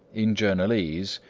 in journalese,